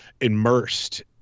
immersed